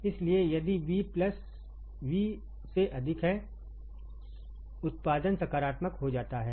इसलिए यदि VVसे अधिक है उत्पादन सकारात्मक हो जाता है